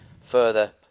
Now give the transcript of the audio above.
further